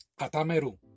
Atameru